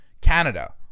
Canada